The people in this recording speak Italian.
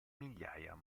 migliaia